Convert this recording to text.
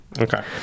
okay